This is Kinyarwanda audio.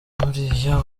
n’uriya